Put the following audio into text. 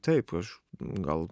taip aš gal